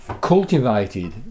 cultivated